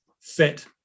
fit